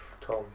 Tom